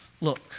look